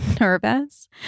nervous